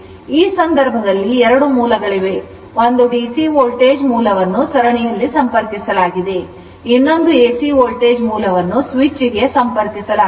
ಈಗ ಈ ಸಂದರ್ಭದಲ್ಲಿ 2 ಮೂಲಗಳಿವೆ ಒಂದು ಡಿಸಿ ವೋಲ್ಟೇಜ್ ಮೂಲವನ್ನು ಸರಣಿಯಲ್ಲಿ ಸಂಪರ್ಕಿಸಲಾಗಿದೆ ಇನ್ನೊಂದು ಎಸಿ ವೋಲ್ಟೇಜ್ ಮೂಲವನ್ನು ಸ್ವಿಚ್ ಗೆ ಸಂಪರ್ಕಿಸಲಾಗಿದೆ